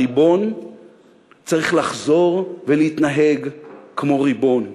הריבון צריך לחזור ולהתנהג כמו ריבון.